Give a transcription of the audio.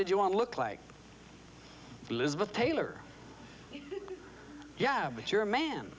did you want to look like elizabeth taylor yeah but